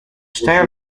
style